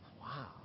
Wow